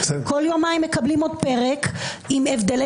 כל יומיים מקבלים עוד פרק עם הבדלי